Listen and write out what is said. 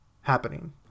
happening